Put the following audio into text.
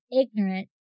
ignorant